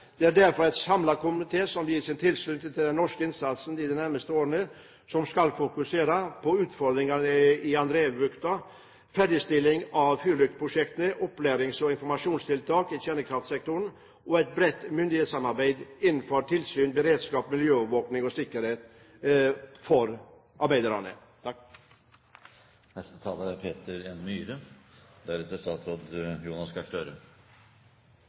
Det er derfor en samlet komité som gir sin tilslutning til at norsk innsats de nærmeste årene skal fokusere på utfordringene i Andrejevbukta, ferdigstilling av fyrlyktprosjektene, opplærings- og informasjonstiltak i kjernekraftsektoren og et bredt myndighetssamarbeid innenfor tilsyn, beredskap, miljøovervåking og sikkerhet for arbeiderne. Jeg kan i det store og hele slutte meg til konklusjonene som foregående taler